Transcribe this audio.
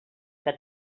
que